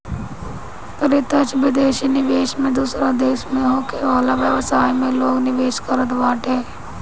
प्रत्यक्ष विदेशी निवेश में दूसरा देस में होखे वाला व्यवसाय में लोग निवेश करत बाटे